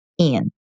Ian